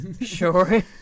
Sure